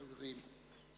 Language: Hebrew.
חברים.